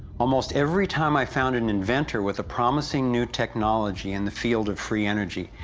almost every time i found an inventor with a promising new technology in the field of free energy,